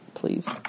please